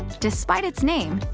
despite its name,